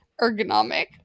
Ergonomic